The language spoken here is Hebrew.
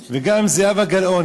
וגם זהבה גלאון,